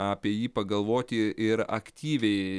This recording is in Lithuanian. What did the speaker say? apie jį pagalvoti ir aktyviai